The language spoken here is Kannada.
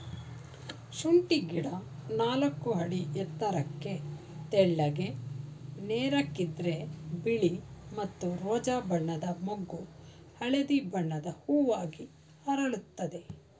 ಶುಂಠಿ ಗಿಡ ನಾಲ್ಕು ಅಡಿ ಎತ್ತರಕ್ಕೆ ತೆಳ್ಳಗೆ ನೇರಕ್ಕಿರ್ತದೆ ಬಿಳಿ ಮತ್ತು ರೋಜಾ ಬಣ್ಣದ ಮೊಗ್ಗು ಹಳದಿ ಬಣ್ಣದ ಹೂವಾಗಿ ಅರಳುತ್ತದೆ